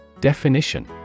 Definition